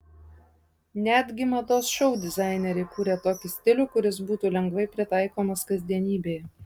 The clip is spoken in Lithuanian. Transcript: netgi mados šou dizaineriai kūrė tokį stilių kuris būtų lengvai pritaikomas kasdienybėje